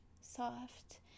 soft